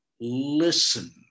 listen